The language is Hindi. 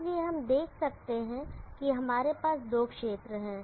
इसलिए हम देख सकते हैं कि हमारे पास दो क्षेत्र हैं